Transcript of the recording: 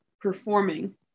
performing